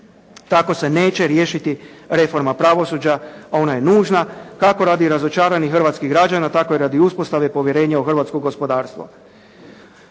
Tako se neće riješiti reforma pravosuđa, a ona je nužna kako radi razočaranih hrvatskih građana, tako i radi uspostave povjerenja u hrvatsko gospodarstvo.